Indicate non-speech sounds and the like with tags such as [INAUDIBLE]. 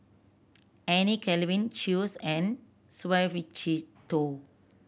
Anne [UNINTELLIGIBLE] Chew's and Suavecito